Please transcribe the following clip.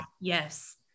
yes